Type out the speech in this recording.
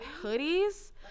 hoodies